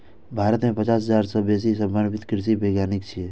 भारत मे पचास हजार सं बेसी समर्पित कृषि वैज्ञानिक छै